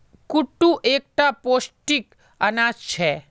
कुट्टू एक टा पौष्टिक अनाज छे